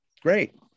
Great